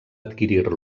adquirir